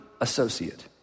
associate